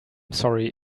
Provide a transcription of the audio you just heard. sorry